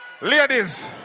Ladies